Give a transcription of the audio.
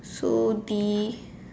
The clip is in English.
so the